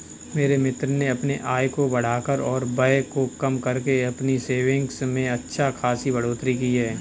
मेरे मित्र ने अपने आय को बढ़ाकर और व्यय को कम करके अपनी सेविंग्स में अच्छा खासी बढ़ोत्तरी की